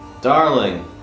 Darling